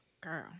Girl